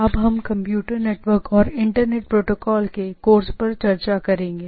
अब हम computer network और इंटरनेट प्रोटोकॉल के कोर्स पर चर्चा करेंगे